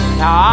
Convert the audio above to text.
now